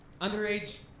Underage